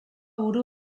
buru